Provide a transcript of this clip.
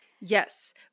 Yes